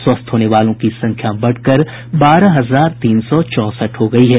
स्वस्थ होने वालों की संख्या बढ़कर बारह हजार तीन सौ चौंसठ हो गयी है